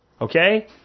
Okay